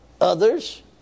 others